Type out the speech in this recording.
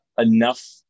enough